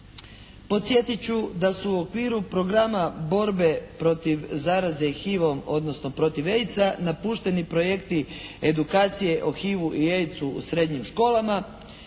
podsjetit ću da su u okviru programa borbe protiv zaraze HIV-om odnosno protiv AIDS-a napušteni projekti edukacije o HIV-u i AIDS-u u srednjim školama,